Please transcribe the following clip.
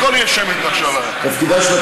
הכול יהיה שמית מעכשיו, היום.